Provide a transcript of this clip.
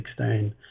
2016